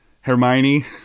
Hermione